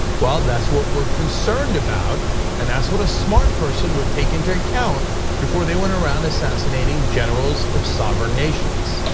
well, that's what we're concerned about and that's what a smart person would take into account before they went around assassinating generals of sovereign nations.